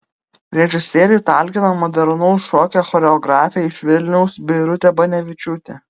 režisieriui talkina modernaus šokio choreografė iš vilniaus birutė banevičiūtė